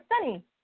Sunny